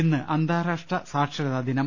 ഇന്ന് അന്താരാഷ്ട്ര സാക്ഷരതാ ദിനം